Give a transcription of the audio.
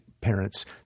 parents